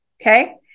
okay